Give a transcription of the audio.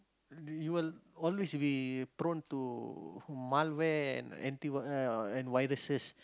you you will always be prone to malware and anti uh and viruses